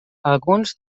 alguns